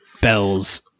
bells